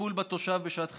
לטיפול בתושב בשעת חירום,